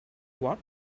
what